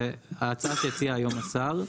זה ההצעה שהציע היום השר,